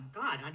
god